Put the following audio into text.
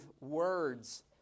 words